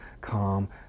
calm